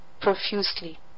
profusely